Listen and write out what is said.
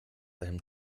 einem